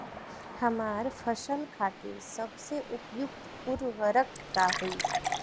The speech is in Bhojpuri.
हमार फसल खातिर सबसे उपयुक्त उर्वरक का होई?